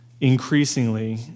increasingly